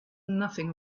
nothing